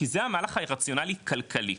כי זה המהלך הרציונלי כלכלית.